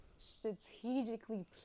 strategically